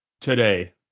today